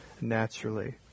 naturally